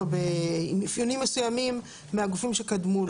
מסוימות, עם אפיונים מסוימים, מהגופים שקדמו לו.